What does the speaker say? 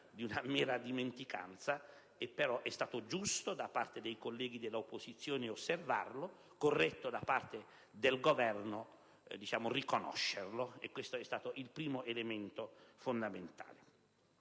per mera dimenticanza; è stato giusto da parte dei colleghi dell'opposizione osservarlo, corretto da parte del Governo riconoscerlo. Questa è la prima questione fondamentale.